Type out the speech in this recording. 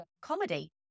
comedy